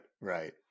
right